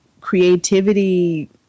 creativity